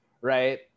right